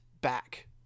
back